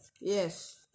Yes